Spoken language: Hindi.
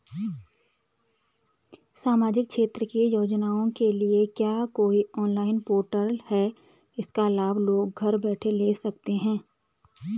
सामाजिक क्षेत्र की योजनाओं के लिए क्या कोई ऑनलाइन पोर्टल है इसका लाभ लोग घर बैठे ले सकते हैं?